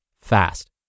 fast